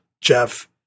Jeff